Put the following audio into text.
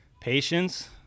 Patience